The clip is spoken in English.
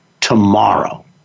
tomorrow